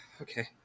Okay